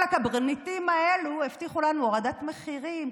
כל הקברניטים האלה הבטיחו לנו הורדת מחירים,